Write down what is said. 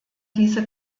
diese